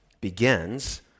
begins